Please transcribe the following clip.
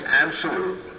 absolute